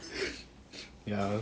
ya